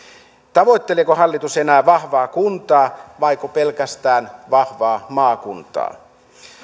tavoitteleeko hallitus enää vahvaa kuntaa vaiko pelkästään vahvaa maakuntaa